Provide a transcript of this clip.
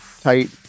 tight